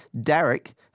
Derek